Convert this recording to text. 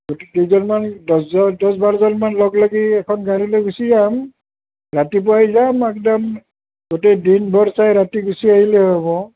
বাকী কেইজনমান দহ জন দহ বাৰ জন মান লগ লাগি এখন গাড়ী লৈ গুছি যাম ৰাতিপুৱাই যাম একদম গোটেই দিন ভৰ চাই ৰাতি গুছি আহিলে হ'ব